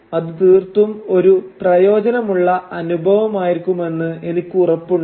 അത് തീർത്തും ഒരു പ്രയോജനമുള്ള അനുഭവമായിരിക്കുമെന്ന് എനിക്ക് ഉറപ്പുണ്ട്